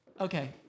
Okay